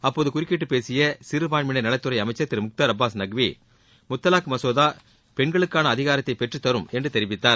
அப்போது குறுக்கிட்டுப் பேசிய சிறுபான்மையினர் நலத்துறை அமைச்சர் திரு முக்தார் அப்பாஸ் நக்வி முத்தலாக் மசோதா பெண்களுக்கான அதிகாரத்தை பெற்றுத்தரும் என்று தெரிவித்தார்